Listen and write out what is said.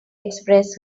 express